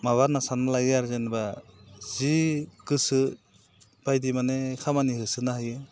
माबा होनना सानना लायो आरो जेनेबा जि गोसोबायदि खामानि होसोनो हायो